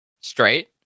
straight